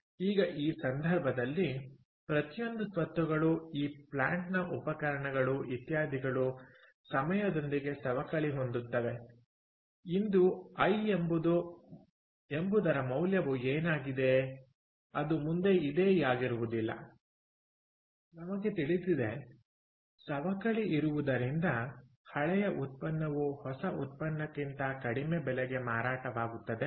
ಈಗ ಈ ಸಂದರ್ಭದಲ್ಲಿ ಪ್ರತಿಯೊಂದು ಸ್ವತ್ತುಗಳು ಈ ಪ್ಲಾಂಟ್ನ ಉಪಕರಣಗಳು ಇತ್ಯಾದಿಗಳು ಸಮಯದೊಂದಿಗೆ ಸವಕಳಿ ಹೊಂದುತ್ತವೆ ಇಂದು ಐ ಎಂಬುದರ ಮೌಲ್ಯವು ಏನಾಗಿದೆ ಅದು ಮುಂದೆ ಇದೇ ಆಗಿರುವುದಿಲ್ಲ ನಮಗೆ ತಿಳಿದಿದೆ ಸವಕಳಿ ಇರುವುದರಿಂದ ಹಳೆಯ ಉತ್ಪನ್ನವು ಹೊಸ ಉತ್ಪನ್ನಕ್ಕಿಂತ ಕಡಿಮೆ ಬೆಲೆಗೆ ಮಾರಾಟವಾಗುತ್ತದೆ